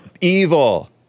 evil